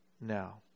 now